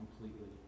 completely